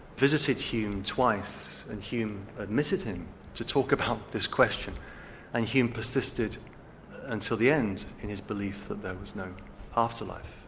visited hume twice and hume admitted him to talk about this question and hume persisted until the end in his belief that there was no afterlife.